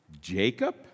Jacob